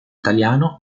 italiano